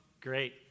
great